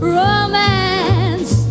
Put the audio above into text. romance